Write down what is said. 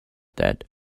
that